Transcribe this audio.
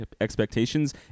expectations